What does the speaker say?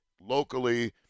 locally